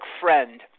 friend